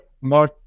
more